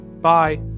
Bye